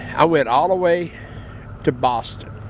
i went all the way to boston.